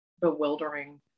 bewildering